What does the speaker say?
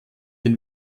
den